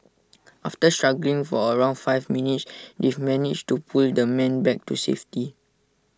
after struggling for around five minutes they've managed to pull the man back to safety